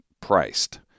priced